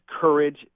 courage